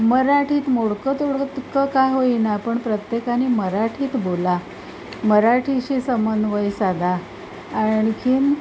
मराठीत मोडकं तोडकं तुटकं काय होई ना पण प्रत्येकानी मराठीत बोला मराठीशी समन्वय साधा आणखीन